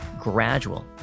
gradual